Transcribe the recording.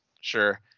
Sure